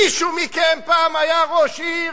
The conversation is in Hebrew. מישהו מכם היה פעם ראש עיר?